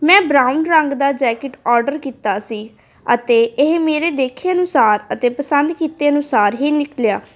ਮੈਂ ਬਰਾਊਨ ਰੰਗ ਦਾ ਜੈਕਟ ਔਡਰ ਕੀਤਾ ਸੀ ਅਤੇ ਇਹ ਮੇਰੇ ਦੇਖੇ ਅਨੁਸਾਰ ਅਤੇ ਪਸੰਦ ਕੀਤੇ ਅਨੁਸਾਰ ਹੀ ਨਿਕਲਿਆ